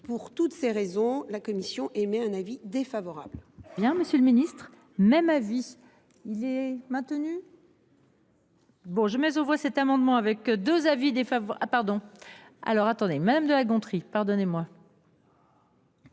Pour toutes ces raisons, la commission émet un avis défavorable.